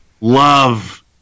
Love